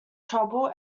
trouble